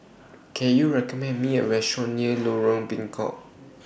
Can YOU recommend Me A Restaurant near Lorong Bengkok